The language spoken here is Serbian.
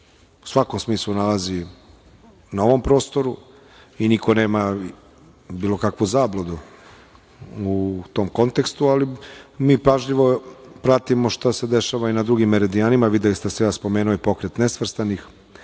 u svakom smislu nalazi na ovom prostoru i niko nema bilo kakvu zabludu u tom kontekstu. Mi pažljivo pratimo i šta se dešavam na drugim meridijanima. Videli ste da sam ja spomenuo i pokret "Nesvrstanih".